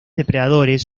depredadores